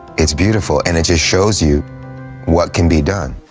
it's beautiful and it just shows you what can be done.